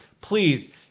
please